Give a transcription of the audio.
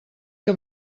que